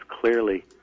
clearly